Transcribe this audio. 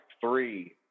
three